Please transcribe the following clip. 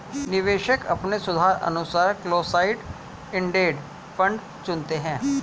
निवेशक अपने सुविधानुसार क्लोस्ड इंडेड फंड चुनते है